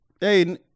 hey